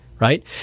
Right